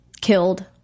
killed